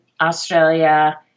Australia